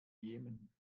jemen